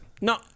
No